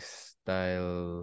style